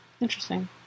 Interesting